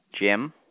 Jim